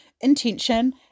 intention